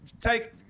take